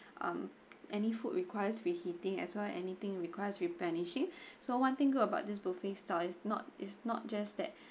um any food requires with heating as long as anything request with replenishing so one thing good about this buffet style is not is not just that